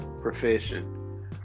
profession